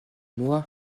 moi